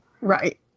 right